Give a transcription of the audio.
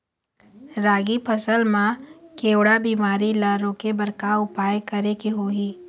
रागी फसल मा केवड़ा बीमारी ला रोके बर का उपाय करेक होही?